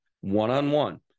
one-on-one